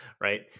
right